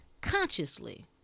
consciously